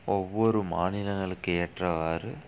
ஒவ்வொரு மாநிலங்களுக்கு ஏற்றவாறு